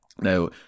Now